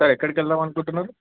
sir ఎక్కడికి వెళదాము అనుకుంటున్నారు